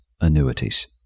annuities